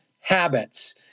habits